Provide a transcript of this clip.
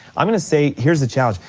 i'm gonna say, here's the challenge,